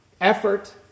effort